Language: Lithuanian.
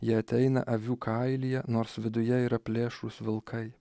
jie ateina avių kailyje nors viduje yra plėšrūs vilkai